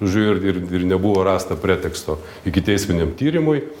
žodžiu ir ir nebuvo rasta preteksto ikiteisminiam tyrimui